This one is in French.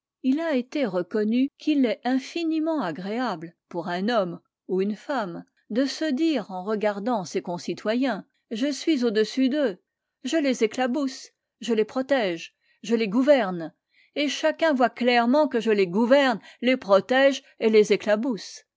il a été reconnu qu'il est infiniment agréable pour un homme ou une femme de se dire en regardant ses concitoyens je suis au-dessus d'eux je les éclabousse je les protège je les gouverne et chacun voit clairement que je les gouverne les protège et les éclabousse